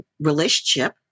relationship